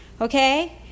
okay